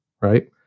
right